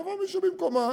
יבוא מישהו במקומה